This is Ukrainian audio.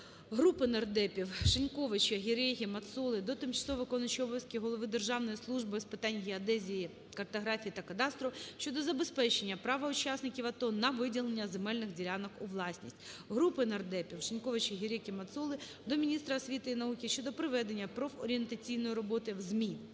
Групи нардепів (Шиньковича, Гереги, Мацоли) до тимчасово виконуючого обов'язки голови Державної служби з питань геодезії, картографії та кадастру щодо забезпечення права учасників АТО на виділення земельних ділянок у власність. Групи нардепів (Шиньковича, Гереги, Мацоли) до міністра освіти і науки щодо проведення профорієнтаційної роботи в ЗМІ.